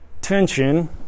tension